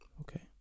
Okay